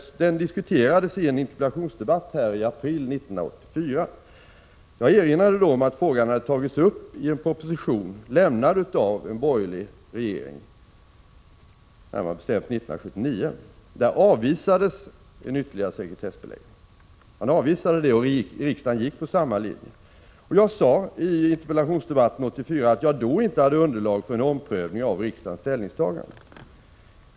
När frågan diskuterades i en interpellationsdebatt i april 1984 erinrade jag om att den tagits upp i en proposition avlämnad av en borgerlig regering, närmare bestämt 1979, men att ytterligare sekretessbeläggning där avvisades och att riksdagen anslöt sig till denna linje. Jag sade i interpellationsdebatten 1984 att jag då inte hade underlag för en omprövning av riksdagens ställningstagande.